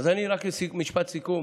משפט סיכום: